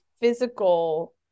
physical